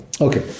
Okay